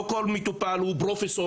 לא כל מטופל הוא פרופסור,